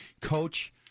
coach